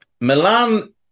Milan